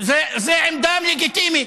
זו עמדה לגיטימית.